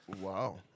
Wow